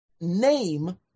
name